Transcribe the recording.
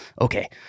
okay